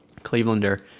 Clevelander